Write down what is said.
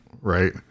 Right